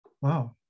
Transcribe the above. wow